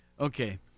Okay